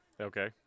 Okay